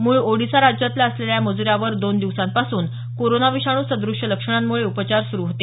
मूळ ओडिसा राज्यातला असलेल्या या मजुरावर दोन दिवसांपासून कोरोना विषाणू सदृश्य लक्षणांमुळे उपचार सुरू होते